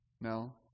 no